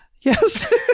Yes